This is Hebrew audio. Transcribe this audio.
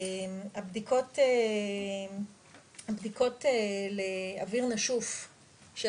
הבדיקות הן בדיקות לאוויר נשוף של